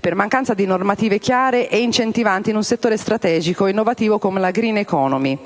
per mancanza di normative chiare e incentivanti in un settore strategico e innovativo come la *green economy.*